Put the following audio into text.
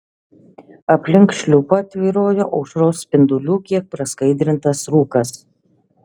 aplink šliupą tvyrojo aušros spindulių kiek praskaidrintas rūkas